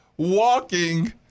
Walking